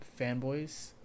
fanboys